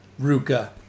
Ruka